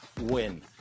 win